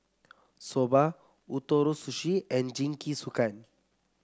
Soba Ootoro Sushi and Jingisukan